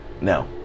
No